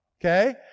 okay